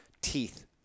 teeth